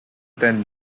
ten